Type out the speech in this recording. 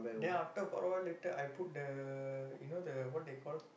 then after for a while later I put the you know the what they call